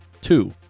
Two